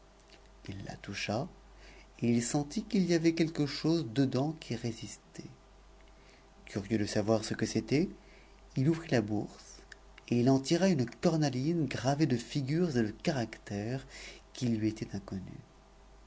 h la toucha et il sentit qu'il y avait quelque chose dedans qui résistait curieux de savoir ce que c'était il ouvrit la bourse et il en tira une cornaline gravée de figures et de caractères qui lui étaient inconnus